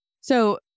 So-